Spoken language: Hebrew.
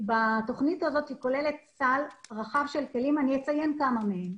התוכנית הזאת כוללת סל רחב של כלים ואני אציין כמה מהם.